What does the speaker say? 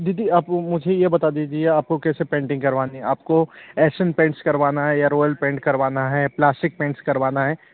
दीदी आप मुझे ये बता दीजिए आपको कैसे पेन्टिंग करवानी आपको एसियन पेन्ट्स करवाना है या रोयल पेन्ट करवाना है प्लास्टिक पेन्ट्स करवाना है